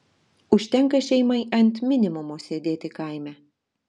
užtenka šeimai ant minimumo sėdėti kaime